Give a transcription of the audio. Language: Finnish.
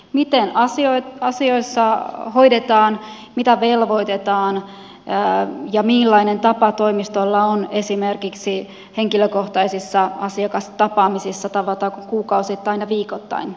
miten asioita hoidetaan mitä velvoitetaan ja millainen tapa toimistolla on esimerkiksi henkilökohtaisissa asiakastapaamisissa tavataanko kuukausittain vai viikoittain